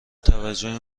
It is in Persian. توجه